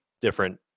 different